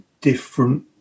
different